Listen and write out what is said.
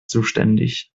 zuständig